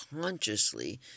consciously